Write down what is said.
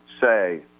say